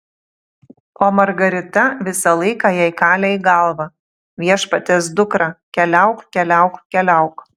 o margarita visą laiką jai kalė į galvą viešpaties dukra keliauk keliauk keliauk